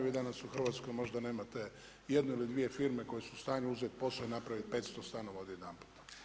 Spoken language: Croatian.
Vi danas u Hrvatskoj možda nemate jednu ili dvije firme koje su u stanju uzeti posao i napraviti 500 stanova odjedanput.